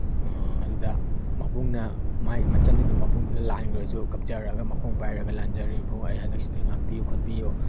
ꯑꯗꯨꯗ ꯃꯕꯨꯡꯅ ꯃꯥꯒꯤ ꯃꯆꯜꯗꯨꯅ ꯃꯕꯨꯡꯗꯨꯗ ꯂꯥꯟꯈ꯭ꯔꯁꯨ ꯀꯞꯆꯔꯒ ꯃꯈꯣꯡ ꯄꯥꯏꯔꯒ ꯂꯥꯟꯖꯔꯦ ꯏꯕꯨꯡ ꯑꯩ ꯍꯟꯗꯛꯁꯤꯗꯒꯤ ꯉꯥꯛꯄꯤꯌꯨ ꯈꯣꯠꯄꯤꯌꯨ